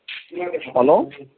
hello